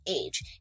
age